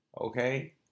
okay